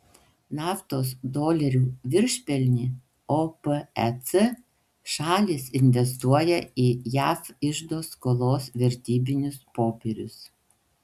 naftos dolerių viršpelnį opec šalys investuoja į jav iždo skolos vertybinius popierius